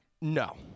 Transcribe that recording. No